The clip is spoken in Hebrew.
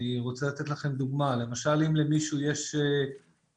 אני רוצה לתת לכם דוגמה: למשל אם למישהו יש באגר